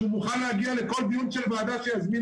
מוכן להגיע לכל דיון של ועדה אליו הוא יוזמן